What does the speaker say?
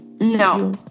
No